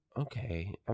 Okay